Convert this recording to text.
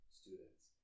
students